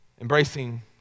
Embracing